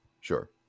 sure